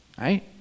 right